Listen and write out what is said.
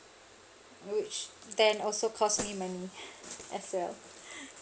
which then also cost me money as well